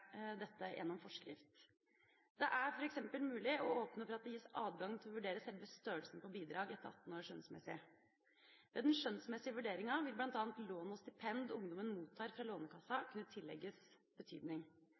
dette gjennom forskrift. Det er f.eks. mulig å åpne for at det gis adgang til å vurdere selve størrelsen på bidrag etter 18 år skjønnsmessig. Ved den skjønnsmessige vurderinga vil bl.a. lån og stipend ungdommen mottar fra Lånekassen, kunne tillegges betydning.